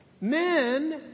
Men